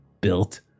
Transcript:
built